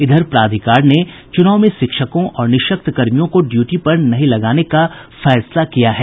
इधर प्राधिकार ने चुनाव में शिक्षकों और निःशक्त कर्मियों को ड्यूटी पर नहीं लगाने का फैसला किया है